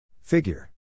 Figure